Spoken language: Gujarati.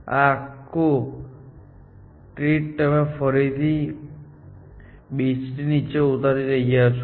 આ આખું ટ્રીતમે ફરીથી બીચની નીચે ઉતારી રહ્યા છો